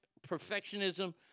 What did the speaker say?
perfectionism